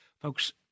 folks